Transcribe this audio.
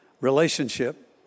relationship